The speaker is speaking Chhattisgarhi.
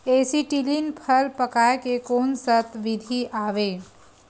एसीटिलीन फल पकाय के कोन सा विधि आवे?